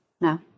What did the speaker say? No